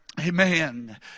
Amen